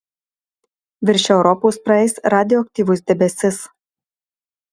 virš europos praeis radioaktyvus debesis